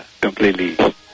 completely